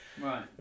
right